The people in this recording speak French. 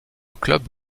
club